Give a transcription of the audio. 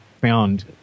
found